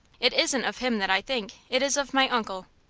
it isn't of him that i think it is of my uncle.